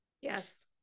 Yes